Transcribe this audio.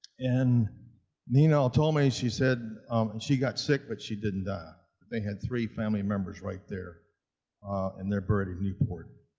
and meemaw told me, she said she got sick but she didn't die. but they had three family members right there and in but sort of newport.